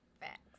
Facts